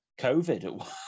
COVID